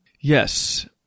Yes